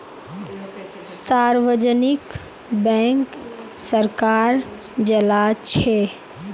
सार्वजनिक बैंक सरकार चलाछे